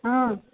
ହଁ